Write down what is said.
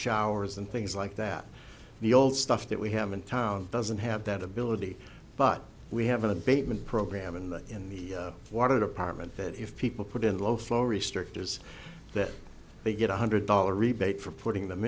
showers and things like that the old stuff that we have in town doesn't have that ability but we have a basement program and in the water department that if people put in low flow restrictor is that they get one hundred dollars rebate for putting them